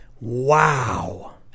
Wow